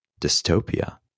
dystopia